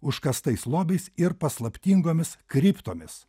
užkastais lobiais ir paslaptingomis kriptomis